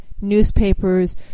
Newspapers